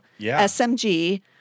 SMG